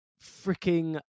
freaking